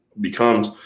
becomes